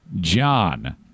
John